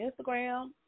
Instagram